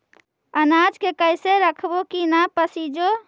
अनाज के कैसे रखबै कि न पसिजै?